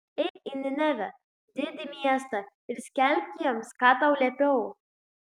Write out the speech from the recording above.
eik į ninevę didį miestą ir skelbk jiems ką tau liepiau